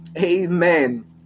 Amen